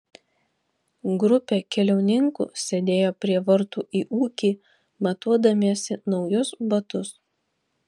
grupė keliauninkų sėdėjo prie vartų į ūkį matuodamiesi naujus batus